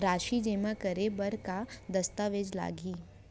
राशि जेमा करे बर का दस्तावेज लागही?